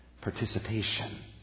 participation